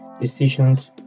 decisions